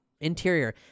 Interior